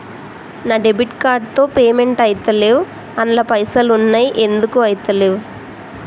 నా debit card తో payment ఐతలేవ్ అండ్ల పైసల్ ఉన్నయి ఎందుకు ఐతలేవ్?